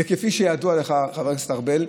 כפי שידוע לך, חבר הכנסת ארבל,